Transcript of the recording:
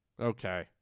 Okay